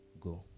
go